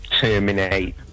terminate